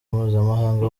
mpuzamahanga